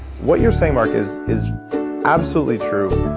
what you're saying mark is is absolutely true.